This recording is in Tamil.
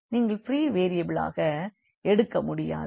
நீங்கள் ப்ரீ வேரியபிளாக எடுக்க முடியாது